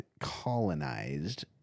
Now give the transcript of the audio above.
colonized